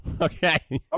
Okay